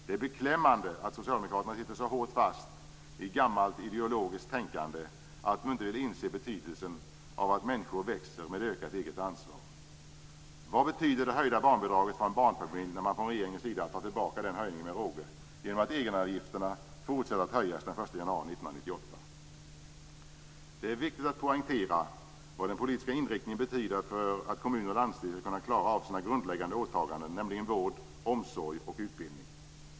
Det är beklämmande att socialdemokraterna sitter så hårt fast i gammalt ideologiskt tänkande att de inte vill inse betydelsen av att människor växer med ökat eget ansvar. Vad betyder det höjda barnbidraget för en barnfamilj när regeringen tar tillbaka den höjningen med råge genom att egenavgifterna fortsätter att höjas den 1 januari 1998? Det är viktigt att poängtera vad den politiska inriktningen betyder för att kommuner och landsting skall kunna klara av sina grundläggande åtaganden, nämligen vård, omsorg och utbildning.